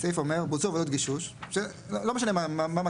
הסעיף אומר בוצעו עבודות גישוש, לא משנה מה מטרתן.